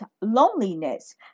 loneliness